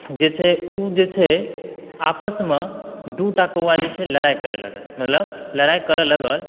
जे छै ऊ जे छै आपसमऽ दूटा कौआ जे छै लड़ाइ करै लगल मतलब लड़ाइ करऽ लगल